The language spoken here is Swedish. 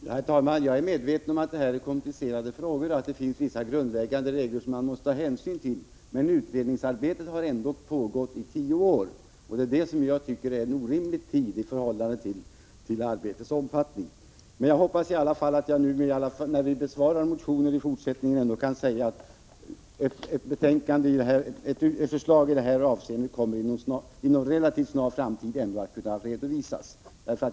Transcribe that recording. Herr talman! Jag är medveten om att detta är komplicerade frågor och att det finns vissa grundläggande regler som man måste ta hänsyn till. Men utredningsarbetet har ändock pågått i tio år — jag tycker att det är en orimlig tid i förhållande till arbetets omfattning. Jag hoppas i alla fall att vi, när vi i fortsättningen besvarar motioner, ändå kan säga att ett förslag i det här avseendet inom en relativt snar framtid kommer att kunna redovisas.